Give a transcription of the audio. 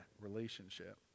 relationship